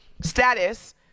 status